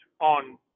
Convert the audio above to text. on